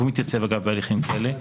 והוא מתייצב בהליכים כאלה.